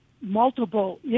multiple